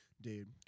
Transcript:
Dude